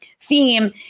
theme